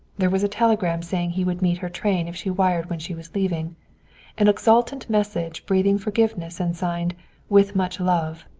there was a telegram saying he would meet her train if she wired when she was leaving an exultant message breathing forgiveness and signed with much love.